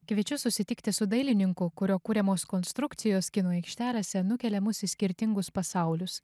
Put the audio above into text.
kviečiu susitikti su dailininku kurio kuriamos konstrukcijos kino aikštelėse nukelia mus į skirtingus pasaulius